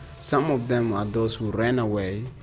some of them are those who ran away,